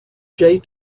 jay